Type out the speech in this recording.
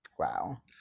wow